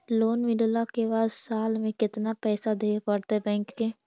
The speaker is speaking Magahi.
लोन मिलला के बाद साल में केतना पैसा देबे पड़तै बैक के?